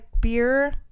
beer